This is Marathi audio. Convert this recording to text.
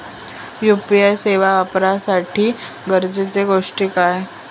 यू.पी.आय सेवा वापराच्यासाठी गरजेचे गोष्टी काय?